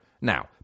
now